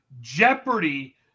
Jeopardy